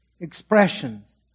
expressions